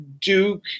Duke